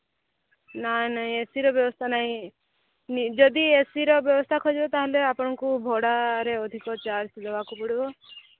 ନାଁ ନାଁ ଏସିର ବ୍ୟବସ୍ଥା ନାହିଁ ଯଦି ଏସିର ବ୍ୟବସ୍ଥା ଖୋଜିବେ ତାହେଲେ ଆପଣଙ୍କୁ ଭଡ଼ାରେ ଅଧିକ ଚାର୍ଜ ଦେବାକୁ ପଡ଼ିବ